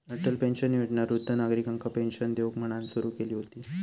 Atal pension Yojana वृद्ध नागरिकांका pension देऊक म्हणान सुरू केली हुती